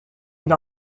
une